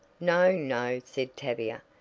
no, no, said tavia.